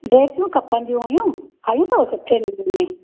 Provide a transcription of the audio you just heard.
ड्रेसूं खपंदियूं हुयूं आहियूं अथव सुठे नमूने